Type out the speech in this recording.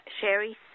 Sherry